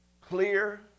clear